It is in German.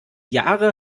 jahre